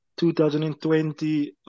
2020